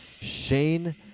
Shane